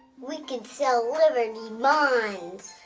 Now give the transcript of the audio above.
we could sell liberty like and